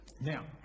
Now